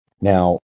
Now